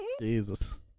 jesus